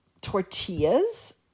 tortillas